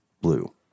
blue